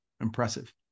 impressive